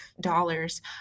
dollars